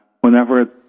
whenever